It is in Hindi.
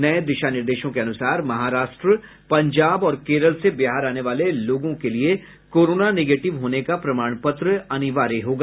नये दिशा निर्देशों के अनुसार महाराष्ट्र पंजाब और केरल से बिहार आने वाले लोगों के लिये कोरोना निगेटिव होने का प्रमाण पत्र अनिवार्य होगा